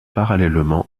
parallèlement